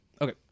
Okay